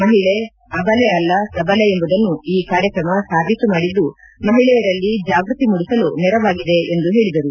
ಮಹಿಳೆ ಅಬಲೆ ಅಲ್ಲ ಸಬಲೆ ಎಂಬುದನ್ನು ಈ ಕಾರ್ಯಕ್ರಮ ಸಾಬಿತು ಮಾಡಿದ್ದು ಮಹಿಳೆಯರಲ್ಲಿ ಜಾಗೃತಿ ಮೂಡಿಸಲು ನೆರವಾಗಿದೆ ಎಂದು ಹೇಳಿದರು